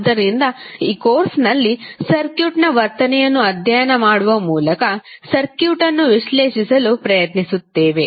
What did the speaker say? ಆದ್ದರಿಂದ ಈ ಕೋರ್ಸ್ನಲ್ಲಿ ಸರ್ಕ್ಯೂಟ್ನ ವರ್ತನೆಯನ್ನು ಅಧ್ಯಯನ ಮಾಡುವ ಮೂಲಕ ಸರ್ಕ್ಯೂಟ್ ಅನ್ನು ವಿಶ್ಲೇಷಿಸಲು ಪ್ರಯತ್ನಿಸುತ್ತೇವೆ